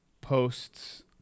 posts